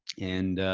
and,